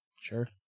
Sure